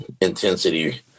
intensity